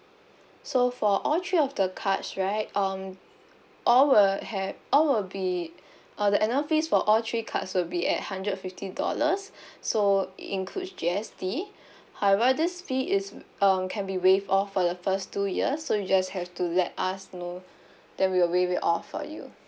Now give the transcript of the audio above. so for all three of the cards right um all will have all will be uh the annual fees for all three cards will be at hundred fifty dollars so it includes G_S_T however this fee is um can be waived off for the first two years so you just have to let us know then we'll waive it off for you